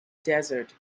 desert